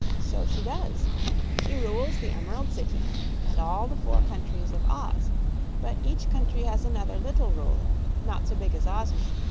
so she does she rules the emerald city and all the four countries of oz but each country has another little ruler, not so big as ozma.